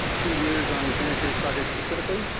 ah two years on the santa cruz project specifically.